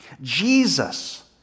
Jesus